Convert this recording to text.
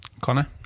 Connor